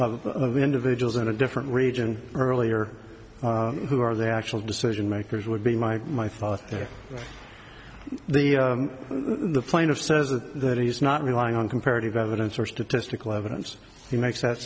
of individuals in a different region earlier who are the actual decision makers would be my my thought here the plane of says the that he's not relying on comparative evidence or statistical evidence he makes that